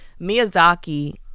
Miyazaki